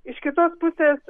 iš kitos pusės